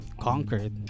conquered